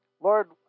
Lord